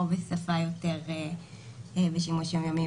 או בשפה יותר בשימוש יומיומי,